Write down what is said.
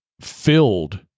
filled